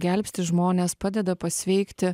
gelbsti žmones padeda pasveikti